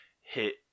hit